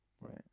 Right